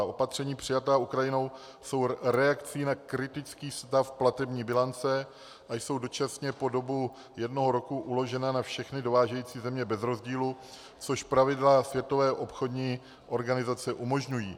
Opatření přijatá Ukrajinou jsou reakcí na kritický stav platební bilance a jsou dočasně po dobu jednoho roku uložena na všechny dovážející země bez rozdílu, což pravidla Světové obchodní organizace umožňují.